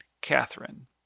Catherine